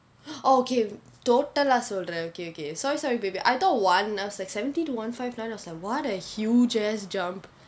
oh okay total ah சொல்ற:solra okay okay sorry sorry baby I thought one and I was like seventy to one five nine I was like what a huge ass jump